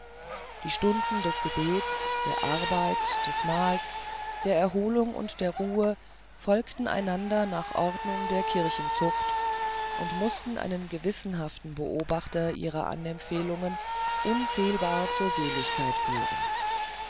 die stunden des gebets der arbeit des mahls der erholung und der ruhe folgten einander nach ordnung der kirchenzucht und mußten einen gewissenhaften beobachter ihrer anempfehlungen unfehlbar zur seligkeit führen